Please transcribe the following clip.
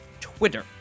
Twitter